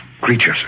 creatures